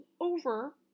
over